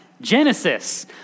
Genesis